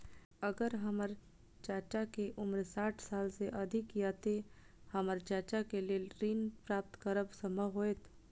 अगर हमर चाचा के उम्र साठ साल से अधिक या ते हमर चाचा के लेल ऋण प्राप्त करब संभव होएत?